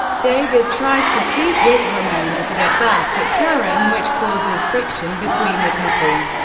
david tries to sleep with ramona to get back at karen, which causes friction between the couple.